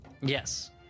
Yes